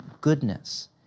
goodness